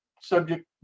subject